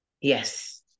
Yes